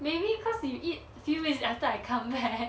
maybe cause you eat few weeks after I come back